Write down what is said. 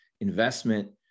investment